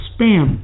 spam